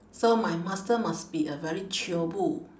so my master must be a very chiobu